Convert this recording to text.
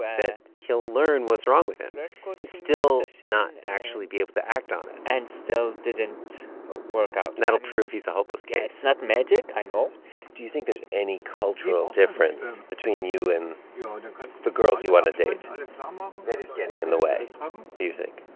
that he'll learn what's wrong with him and still not actually be able to act on it and still didn't work out that'll prove he's a hopeless case it's not magic. i know do you think there's any cultural difference between you and you and the girls you want to date um ah that is getting in the way do you think?